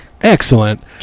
Excellent